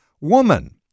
woman